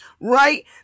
right